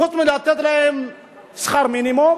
חוץ מלתת להם שכר מינימום.